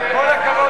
התש"ע 2009, נתקבלה.